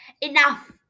Enough